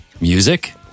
music